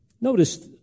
Notice